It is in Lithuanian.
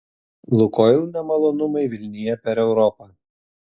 lukoil nemalonumai vilnija per europą